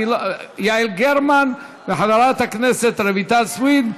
יעל גרמן וחברת הכנסת רויטל סויד.